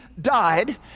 died